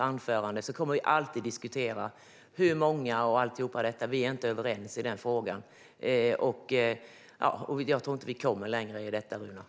Sedan kommer vi alltid att diskutera antalet, som jag sa i mitt huvudanförande. Vi är inte överens i den frågan, och jag tror inte att vi kommer längre med detta, Runar.